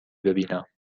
ببینم